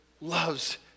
loves